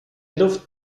luft